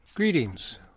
Greetings